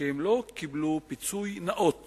שהם לא קיבלו פיצוי נאות